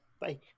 Bye